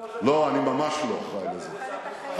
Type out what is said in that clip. אתה אחראי לזה, לא, אני ממש לא אחראי לזה.